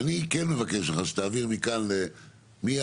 ואני כן מבקש ממך שתעביר מכאן לאיליה,